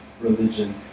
religion